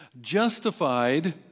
justified